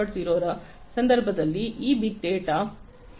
0 ರ ಸಂದರ್ಭದಲ್ಲಿ ಈ ಬಿಗ್ ಡೇಟಾ ವಿಶ್ಲೇಷಣೆಯನ್ನು ಬಳಸಬಹುದು